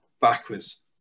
backwards